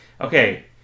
Okay